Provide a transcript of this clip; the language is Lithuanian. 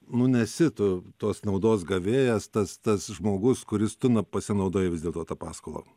nu nesi tu tos naudos gavėjas tas tas žmogus kuris tu na pasinaudojai vis dėlto ta paskola